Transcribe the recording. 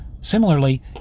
Similarly